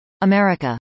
America